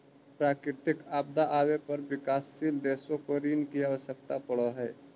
प्राकृतिक आपदा आवे पर विकासशील देशों को ऋण की आवश्यकता पड़अ हई